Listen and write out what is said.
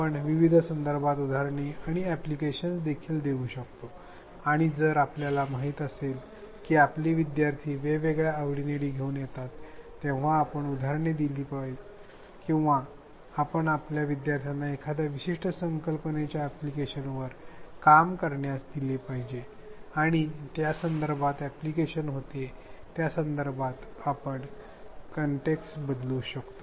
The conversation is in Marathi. आपण विविध संदर्भात उदाहरणे आणि अॅप्लिकेशनस देखील देऊ शकतो आणि जर आपल्याला माहित असेल की आपले विद्यार्थी वेगवेगळ्या आवडीनिवडी घेऊन येतात तेव्हा आपण उदाहरणे दिली किंवा आपण आपल्या विद्यार्थ्यांना एखाद्या विशिष्ट संकल्पनेच्या अॅप्लिकेशनवर काम करण्यास दिले पाहिजे आणि ज्या संदर्भात अॅप्लिकेशन होते त्या संदर्भात आपण कंटेक्स्ट बदलू शकतो